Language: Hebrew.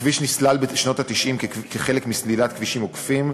הכביש נסלל בשנות ה-90 כחלק מסלילת כבישים עוקפים,